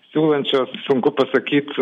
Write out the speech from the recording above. siūlančios sunku pasakyt